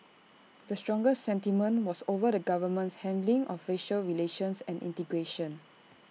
the strongest sentiment was over the government's handling of racial relations and integration